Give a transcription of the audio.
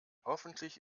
hoffentlich